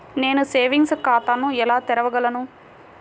నేను సేవింగ్స్ ఖాతాను ఎలా తెరవగలను?